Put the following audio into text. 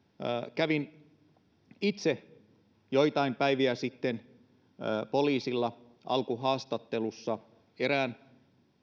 kävin itse joitain päiviä sitten poliisilla alkuhaastattelussa erään